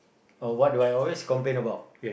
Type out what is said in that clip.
oh why do I always complain about